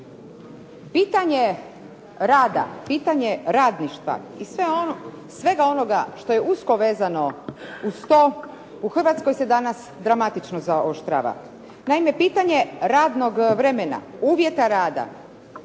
Pitanje rada, pitanje radništva i svega onoga što je usko vezano uz to u Hrvatskoj se danas dramatično zaoštrava. Naime, pitanje radnog vremena, uvjeta rada,